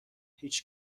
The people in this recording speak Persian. هیچ